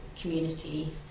community